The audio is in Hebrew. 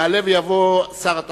יעלה ויבוא שר התחבורה,